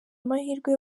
amahirwe